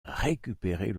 récupérer